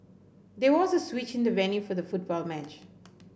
there was a switch in the venue for the football match